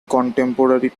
contemporary